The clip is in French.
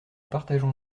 partageons